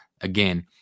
again